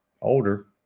older